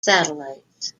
satellites